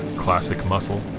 classic muscle